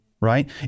right